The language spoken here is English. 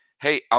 Hey